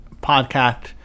podcast